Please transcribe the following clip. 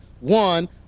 one